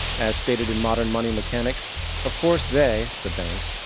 as stated in modern money mechanics of course they the banks,